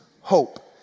hope